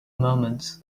moments